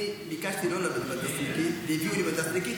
אני ביקשתי לא להביא מד"סניקית והביאו לי מד"סניקית,